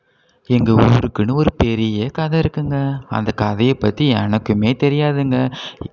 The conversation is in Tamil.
எங்கள் ஊருக்குன்னு ஒரு பெரிய கதை இருக்குங்க அந்த கதையை பற்றி எனக்குமே தெரியாதுங்க